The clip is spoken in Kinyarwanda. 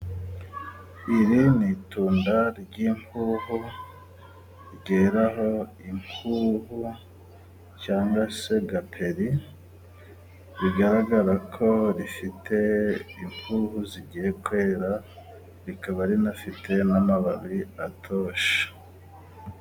Iri ni itunda ry'impuhu, ryeraho impuhu cyangwa se gaperi. Bigaragara ko rifite impuhu zigiye kwera, rikaba rinafite n'amababi atoshye.